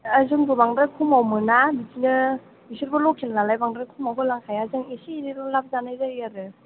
ओ जोंबो बांद्राय खमाव मोना बिदिनो बिसोरबो लकेल नालाय बांद्राय खमाव होलांखाया जों एसे एनैल' लाब जानाय जायो आरो